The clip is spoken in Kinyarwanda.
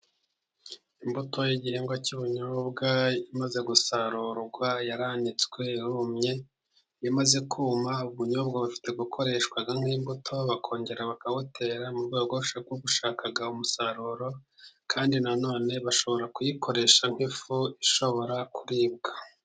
Imbuto y'igihingwa cy'ubunyobwa imaze gusarurwa yaranitswe, irumye, imaze kuma, ubunyobwa bufite gukoreshwa nk'imbuto bakongera bakabutera mu rwego rwo gushaka umusaruro, kandi na none bashobora kuyikoresha nk'ifu ishobora kuribwa.